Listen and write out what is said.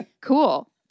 Cool